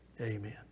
Amen